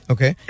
Okay